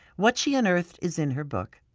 what she unearthed is in her book,